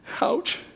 ouch